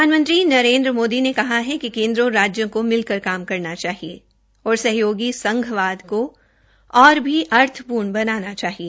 प्रधानमंत्री नरेन्द्र मोदी ने कहा है कि केन्द्र और राज्यों को मिलकर काम करना और सरकारी संघवाद को और भी अर्थपूर्ण बनाना चाहिए